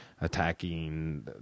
attacking